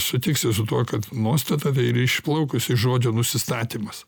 sutiksiu su tuo kad nuostata ir išplaukus iš žodžio nusistatymas